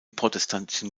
protestantischen